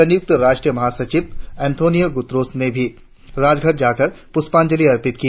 सयुंक्त राष्ट्र महासचिव अंतोनियों गुतरश ने भी राजघाट जाकर पुष्पांजलि अर्पित की